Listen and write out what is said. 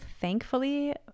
thankfully